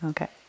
Okay